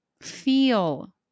feel